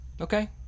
Okay